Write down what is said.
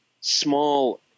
small